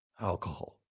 alcohol